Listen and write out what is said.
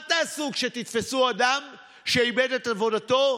מה תעשו כשתתפסו אדם שאיבד את עבודתו,